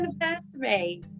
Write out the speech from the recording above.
anniversary